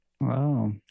Wow